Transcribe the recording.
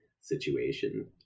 situation